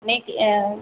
ने